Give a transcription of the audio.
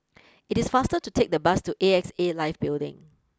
it is faster to take the bus to A X A Life Building